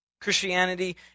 Christianity